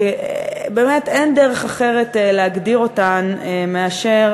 שבאמת אין דרך אחרת להגדיר אותן מאשר,